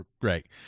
great